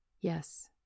Yes